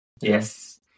Yes